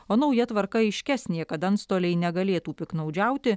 o nauja tvarka aiškesnė kad antstoliai negalėtų piktnaudžiauti